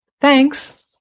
Thanks